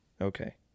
Okay